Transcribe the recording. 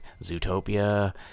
Zootopia